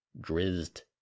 Drizzed